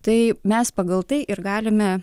tai mes pagal tai ir galime